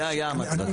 זה היה המצב.